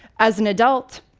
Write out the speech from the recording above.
as an adult,